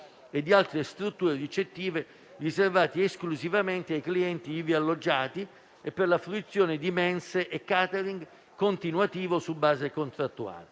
e di altre strutture ricettive riservati esclusivamente ai clienti ivi alloggiati e per la fruizione di mense e *catering* continuativo su base contrattuale.